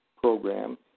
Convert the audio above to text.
program